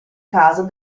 caso